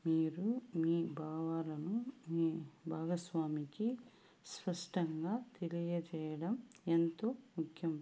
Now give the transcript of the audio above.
మీరు మీ భావాలను మీ భాగస్వామికి స్పష్టంగా తెలియజేయడం ఎంతో ముఖ్యం